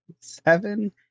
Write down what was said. seven